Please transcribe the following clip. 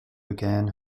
began